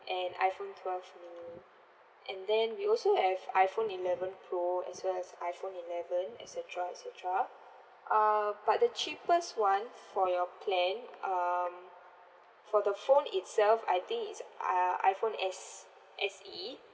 and iPhone twelve mini and then we also have iPhone eleven pro as well as iPhone eleven et cetera et cetera uh but the cheapest one for your plan um for the phone itself I think it's uh iPhone S S E